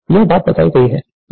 यह बात बताई गई है